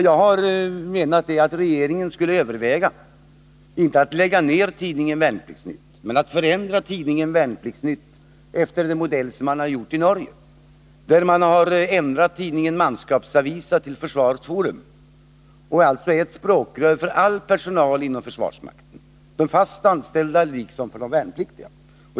Jag menar att regeringen borde överväga inte att lägga ned tidningen Värnplikts-Nytt utan att förändra den efter den modell som man har använt i Norge. Där har man ändrat tidningen Manskaps-Avisa till Försvarets Forum, och den är alltså ett språkrör för all personal inom försvarsmakten — för de fast anställda liksom för de värnpliktiga.